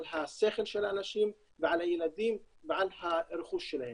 על השכל של האנשים ועל הילדים ועל הרכוש שלהם.